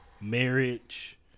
marriage